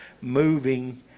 moving